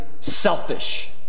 selfish